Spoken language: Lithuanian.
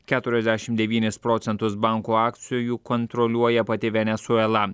keturiasdešimt devynis procentus bankų akcijų kontroliuoja pati venesuela